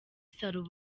salon